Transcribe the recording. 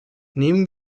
nehmen